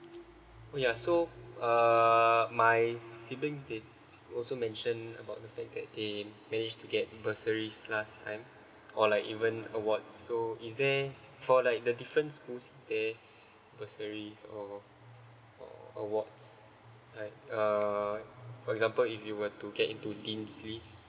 oh ya so uh my sibling did also mention about the fact that they manage to get bursaries last time or like even awards so is there for like the different school there're bursary or award like uh for example if you were to get into dean's list